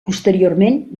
posteriorment